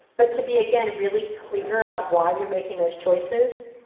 but to be again really clear about why you're making those choices,